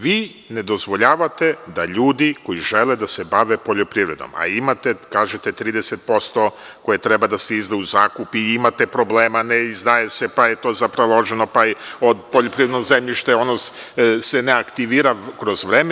Vi ne dozvoljavate da ljudi koji žele da se bave poljoprivrednom a imate, kažete 30% koje treba da se izda u zakup, i imate problema, ne izdaje se, pa je to zataloženo, pa od poljoprivrednog zemljišta, se ne aktivira kroz vreme.